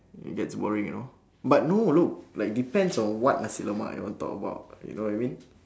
that's worrying you know but no look like depends on what nasi lemak you want talk about you know what I mean